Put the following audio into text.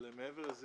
אבל מעבר לזה,